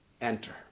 Enter